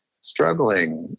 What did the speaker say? struggling